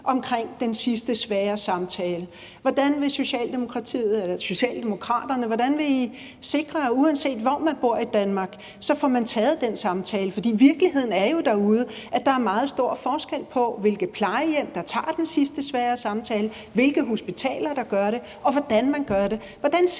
omkring den sidste svære samtale? Hvordan vil Socialdemokraterne sikre, at uanset hvor man bor i Danmark, så får man taget den samtale? For virkeligheden derude er jo, at der er meget stor forskel på, hvilke plejehjem der tager den sidste svære samtale, hvilke hospitaler der gør det, og hvordan man gør det.